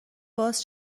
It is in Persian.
باز